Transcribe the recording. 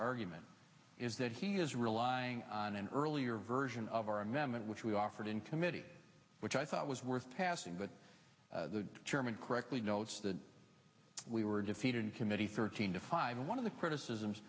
argument is that he is relying on an earlier version of our investment which we offered in committee which i thought was worth passing but the chairman correctly notes that we were defeated in committee thirteen to five and one of the criticisms